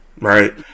right